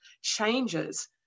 changes